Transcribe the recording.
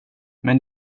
men